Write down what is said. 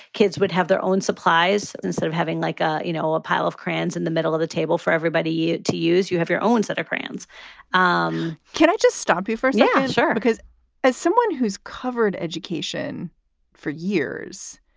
kids would have their own supplies instead of having, like, ah you know, a pile of crayons in the middle of the table for everybody to use. you have your own set of crayons um can i just stop you first? yeah, sure. because as someone who's covered education for years.